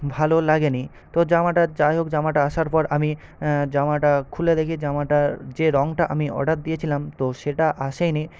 ভালো লাগেনি তো জামাটা যাইহোক জামাটা আসার পর আমি জামাটা খুলে দেখি জামাটার যে রঙটা আমি অর্ডার দিয়েছিলাম তো সেটা আসেনি